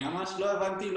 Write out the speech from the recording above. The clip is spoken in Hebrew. אני מאי ביני,